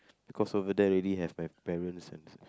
because over there already have my parents and